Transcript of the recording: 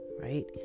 right